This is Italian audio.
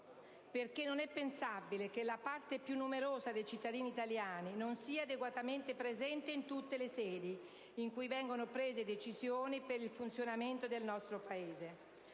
perché non è pensabile che la parte più numerosa dei cittadini italiani non sia adeguatamente presente in tutte le sedi in cui vengono prese decisioni per il funzionamento del nostro Paese.